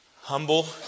humble